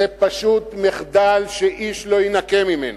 זה פשוט מחדל שאיש לא יינקה ממנו.